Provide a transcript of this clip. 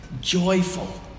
joyful